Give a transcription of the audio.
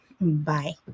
Bye